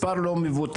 מספר לא מבוטל.